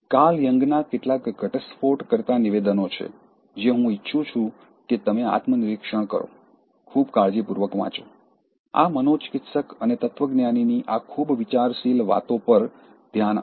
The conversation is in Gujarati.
કાર્લ યંગના કેટલાક ઘટસ્ફોટકર્તા નિવેદનો છે જે હું ઇચ્છું છું કે તમે આત્મનિરીક્ષણ કરો ખૂબ કાળજીપૂર્વક વાંચો આ મનોચિકિત્સક અને તત્વજ્ઞાનીની આ ખૂબ વિચારશીલ વાતો પર ધ્યાન આપો